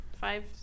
five